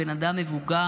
בן אדם מבוגר,